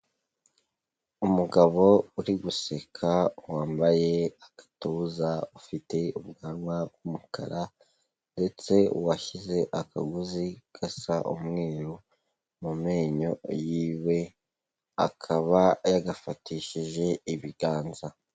Umugabo uri guseka, wambaye agatuza, ufite ubwanwa bw'umukara ndetse washyize akagozi gasa umweru mu menyo yiwe, akaba yagafatishije ibiganza.